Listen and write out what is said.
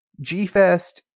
G-Fest